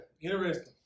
Interesting